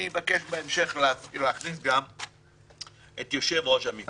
אני אבקש בהמשך להכניס גם את יושב-ראש המפלגה.